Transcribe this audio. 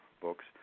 books